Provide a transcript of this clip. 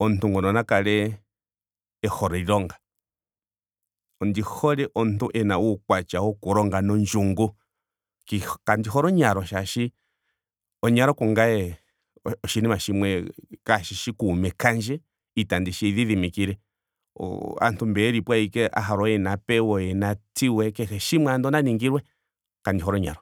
omuntu ngono na kale e hole iilonga. ondi hole omuntu ena uukwatya wokulonga nondjungu. Ki- kandi hole onyalo molwaashoka onyalo kungame oshinima shimwe kaashishi kuume kandje. itandi shi idhidhilikile. O- aantu mbeya yelipo ashike a hala oye na pewe. oye na tiwe kehe shimwe ando na ningilwe. Kandi hole onyalo